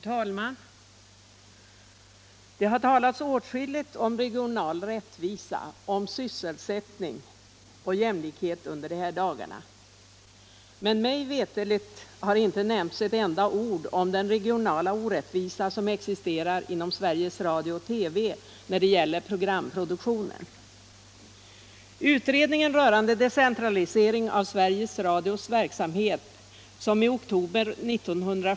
Herr talman! Det har talats åtskilligt om regional rättvisa, om sysselsättning och jämlikhet under de här dagarna. Men mig veterligt har det inte nämnts ett enda ord om den regionala orättvisa som existerar inom Sveriges Radio-TV när det gäller programproduktionen.